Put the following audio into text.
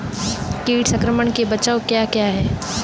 कीट संक्रमण के बचाव क्या क्या हैं?